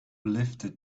lifted